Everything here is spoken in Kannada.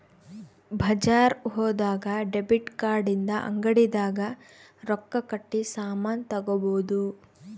ಬಜಾರ್ ಹೋದಾಗ ಡೆಬಿಟ್ ಕಾರ್ಡ್ ಇಂದ ಅಂಗಡಿ ದಾಗ ರೊಕ್ಕ ಕಟ್ಟಿ ಸಾಮನ್ ತಗೊಬೊದು